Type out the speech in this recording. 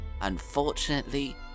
Unfortunately